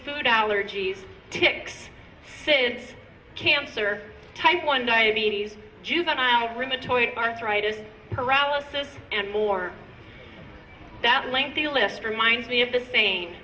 food allergies ticks cancer type one diabetes juvenile rheumatoid arthritis paralysis and more that lengthy list reminds me of the sa